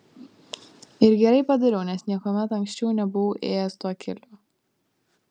ir gerai padariau nes niekuomet anksčiau nebuvau ėjęs tuo keliu